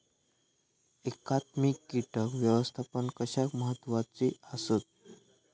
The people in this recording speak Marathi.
एकात्मिक कीटक व्यवस्थापन कशाक महत्वाचे आसत?